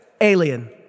Alien